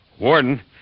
Warden